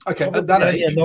Okay